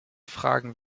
fragen